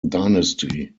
dynasty